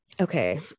Okay